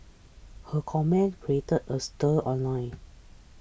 her comments created a stir online